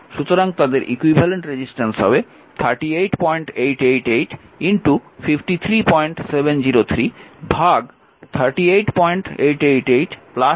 সুতরাং তাদের equivalent resistance হবে 38888 53703 38888 53703